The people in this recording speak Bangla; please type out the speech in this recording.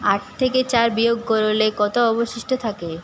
আট থেকে চার বিয়োগ করলে কত অবশিষ্ট থাকে